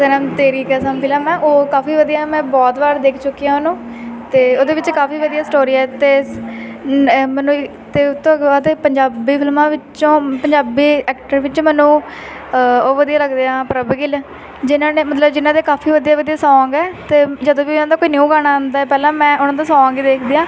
Sanam Teri Kasam film ਆ ਉਹ ਕਾਫੀ ਵਧੀਆ ਮੈਂ ਬਹੁਤ ਵਾਰ ਦੇਖ ਚੁੱਕੀ ਹਾਂ ਉਹਨੂੰ ਅਤੇ ਉਹਦੇ ਵਿੱਚ ਕਾਫੀ ਵਧੀਆ ਸਟੋਰੀ ਹੈ ਅਤੇ ਮੈਨੂੰ ਅਤੇ ਉਸ ਤੋਂ ਬਾਅਦ ਪੰਜਾਬੀ ਫਿਲਮਾਂ ਵਿੱਚੋਂ ਪੰਜਾਬੀ ਐਕਟਰ ਵਿੱਚ ਮੈਨੂੰ ਉਹ ਵਧੀਆ ਲੱਗਦੇ ਹੈ ਪ੍ਰਭ ਗਿੱਲ ਜਿਨ੍ਹਾਂ ਨੇ ਮਤਲਬ ਜਿਨ੍ਹਾਂ ਦੇ ਕਾਫੀ ਵਧੀਆ ਵਧੀਆ ਸੌਂਗ ਹੈ ਅਤੇ ਜਦੋਂ ਵੀ ਆਉਂਦਾ ਕੋਈ ਨਿਊ ਗਾਣਾ ਆਉਂਦਾ ਪਹਿਲਾਂ ਮੈਂ ਉਹਨਾਂ ਦਾ ਸੌਂਗ ਹੀ ਦੇਖਦੀ ਹਾਂ